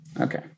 Okay